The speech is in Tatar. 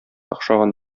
охшаган